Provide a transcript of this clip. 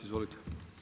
Izvolite.